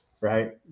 Right